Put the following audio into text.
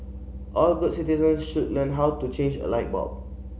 all good citizens should learn how to change a light bulb